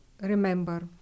remember